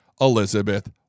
Elizabeth